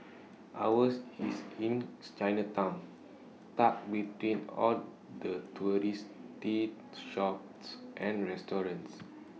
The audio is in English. ours is in Chinatown tucked between all the touristy the shops and restaurants